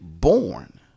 born